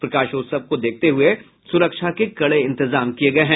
प्रकाशोत्सव को देखते हुए सुरक्षा के कड़े इंतजाम किये गये हैं